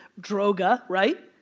droga, right?